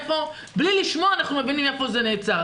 בלי לשמוע אנחנו מבינים איפה זה נעצר.